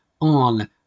on